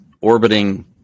orbiting